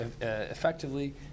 effectively